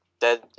dead